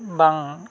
ᱵᱟᱝ